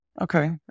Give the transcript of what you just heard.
Okay